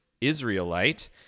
Israelite